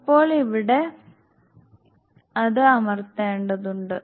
അപ്പോൾ ഇവിടെ അത് അമർത്തേണ്ടതുണ്ട്